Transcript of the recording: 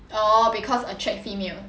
orh because attract female